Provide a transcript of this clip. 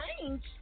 change